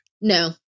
No